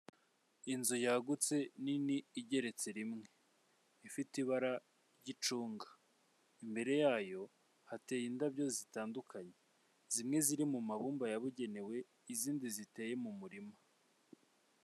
Inzu yagutse nini igeretse rimwe ifite ibara ry'icunga imbere yayo hateye indabyo zitandukanye zimwe ziri mu mabumba yabugenewe izindi ziteye mu murima.